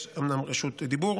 יש אומנם רשות דיבור,